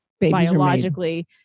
biologically